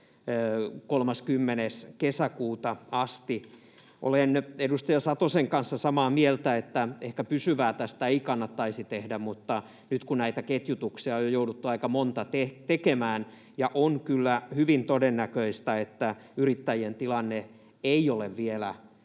30. kesäkuuta asti. Olen edustaja Satosen kanssa samaa mieltä, että ehkä pysyvää tästä ei kannattaisi tehdä. Mutta nyt kun näitä ketjutuksia on jo jouduttu aika monta tekemään — ja kun on kyllä hyvin todennäköistä, että yrittäjien tilanne ei ole vielä